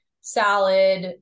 salad